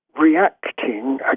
reacting